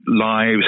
lives